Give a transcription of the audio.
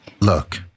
Look